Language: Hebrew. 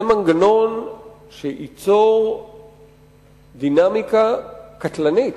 זה מנגנון שייצור דינמיקה קטלנית.